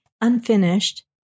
unfinished